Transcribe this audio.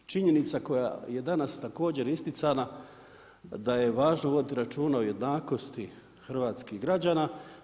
Činjenica koja je danas također isticana da je važno voditi računa o jednakosti hrvatskih građana.